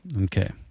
okay